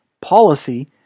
policy